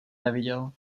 neviděl